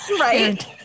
Right